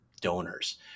donors